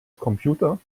computer